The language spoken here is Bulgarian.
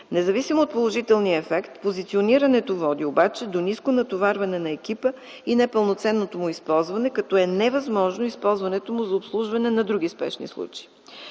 Независимо от положителния ефект, позиционирането води обаче до ниско натоварване на екипа и непълноценното му използване, като не е възможно използването му за обслужване на други спешни случаи.